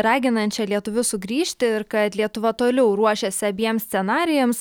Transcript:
raginančią lietuvius sugrįžti ir kad lietuva toliau ruošiasi abiem scenarijams